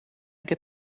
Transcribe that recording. get